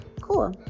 cool